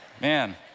Man